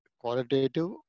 qualitative